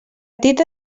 tita